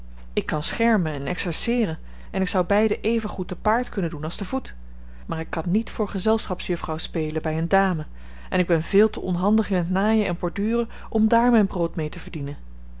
ik kan schermen en exerceeren en ik zou beide evengoed te paard kunnen doen als te voet maar ik kan niet voor gezelschapsjuffrouw spelen bij eene dame en ik ben veel te onhandig in t naaien en borduren om daar mijn brood mee te verdienen